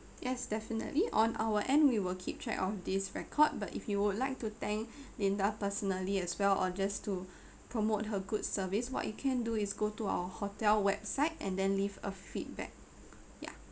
yes definitely on our end we will keep track of this record but if you would like to thank linda personally as well or just to promote her good service what you can do is go to our hotel website and then leave a feedback ya